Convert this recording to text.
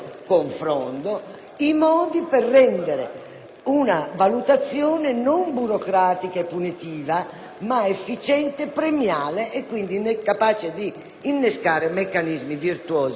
la valutazione non burocratica e punitiva, ma efficiente, premiale e quindi capace di innescare meccanismi virtuosi.